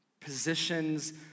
positions